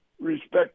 respect